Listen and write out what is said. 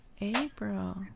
April